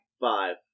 Five